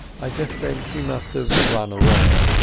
i just said she must have run away.